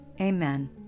Amen